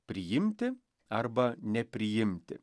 priimti arba nepriimti